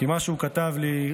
כי מה שהוא כתב לי,